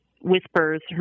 whispers